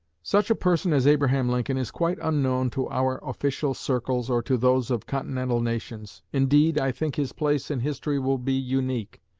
such a person as abraham lincoln is quite unknown to our official circles or to those of continental nations. indeed, i think his place in history will be unique.